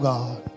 God